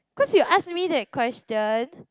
cause you ask me that question